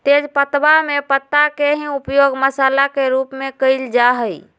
तेजपत्तवा में पत्ता के ही उपयोग मसाला के रूप में कइल जा हई